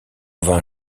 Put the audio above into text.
vint